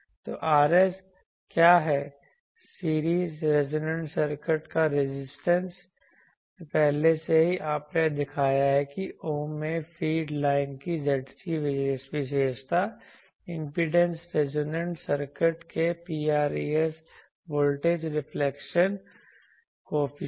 तो Rs Rs क्या है सीरीज रेजोनंट सर्किट का रेजिस्टेंस पहले से ही आपने दिखाया है कि ohm में फीड लाइन की Zc विशेषता इम्पीडेंस रेजोनंट सर्किट के ρres वोल्टेज रिफ्लेक्शन कॉएफिशिएंट